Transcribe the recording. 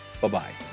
Bye-bye